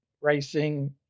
racing